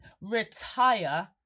retire